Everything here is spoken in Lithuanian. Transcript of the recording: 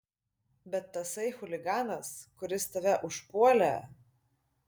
bet tasai chuliganas kuris tave užpuolė